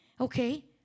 Okay